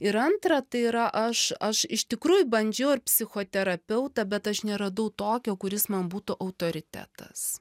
ir antra tai yra aš aš iš tikrųjų bandžiau ir psichoterapeutą bet aš neradau tokio kuris man būtų autoritetas